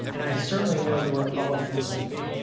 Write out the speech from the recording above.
and i certainly know the republicans would be.